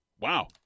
Wow